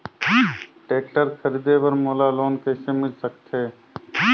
Tractor खरीदे बर मोला लोन कइसे मिल सकथे?